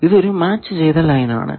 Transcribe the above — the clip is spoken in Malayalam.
ഇത് ഒരു മാച്ച് ചെയ്ത ലൈൻ ആണ്